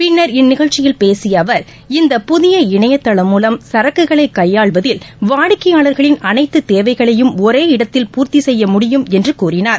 பின்னர் இந்நிகழ்ச்சியில் பேசிய அவர் இந்த புதிய இணையதளம் மூலம் சரக்குகளை கையாள்வதில் வாடிக்கையாளர்களின் அனைத்துத் தேவைகளையும் ஒரே இடத்தில் பூர்த்தி செய்ய முடியும் என்று கூறினார்